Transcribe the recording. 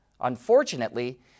Unfortunately